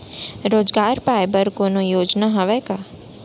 रोजगार पाए बर कोनो योजना हवय का?